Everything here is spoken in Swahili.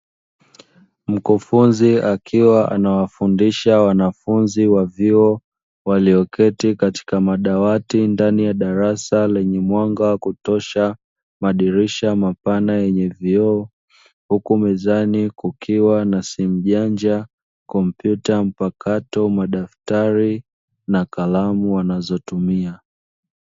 Mkufunzi akiwa anawafundisha wanafunzi wa vyuo, walioketi katika madawati ndani ya darasa lenye mwanga wa kutosha, madirisha mapana yenye vioo, huku mezani kukiwa na simu janja, kompyuta mpakato, madaftari na kalamu wanazotumia.